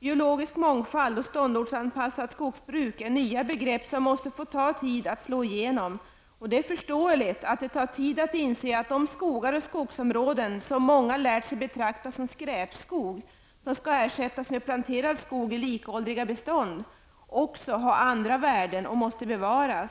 Biologisk mångfald och ståndortsanpassat skogsbruk är nya begrepp som måste få tid att slå igenom. Det är förståeligt att det tar tid att inse att de skogar och skogsområden som många har lärt sig betrakta som skräpskog, som skall ersättas med planterad skog i likåldriga bestånd, också har andra värden och måste bevaras.